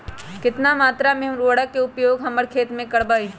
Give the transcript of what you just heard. कितना मात्रा में हम उर्वरक के उपयोग हमर खेत में करबई?